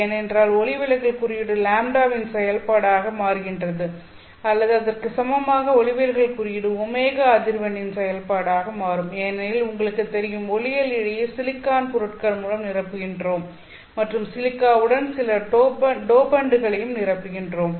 ஏனென்றால் ஒளிவிலகல் குறியீடு λ இன் செயல்பாடாக மாறுகிறது அல்லது அதற்கு சமமாக ஒளிவிலகல் குறியீடு ω அதிர்வெண்ணின் செயல்பாடாக மாறும் ஏனெனில் உங்களுக்குத் தெரியும் ஒளியியல் இழையை சிலிக்கான் பொருட்கள் மூலம் நிரப்புகிறோம் மற்றும் சிலிக்காவுடன் சில டோபண்டுகளையும் நிரப்புகிறோம்